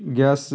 gas